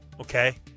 Okay